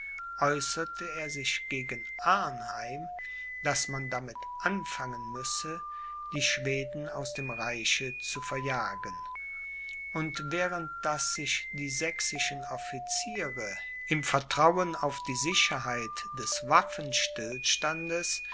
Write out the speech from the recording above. er sich gegen arnheim daß man damit anfangen müsse die schweden aus dem reiche zu verjagen und während daß sich die sächsischen officiere im vertrauen auf die sicherheit des waffenstillstand